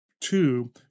two